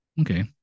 okay